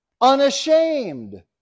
unashamed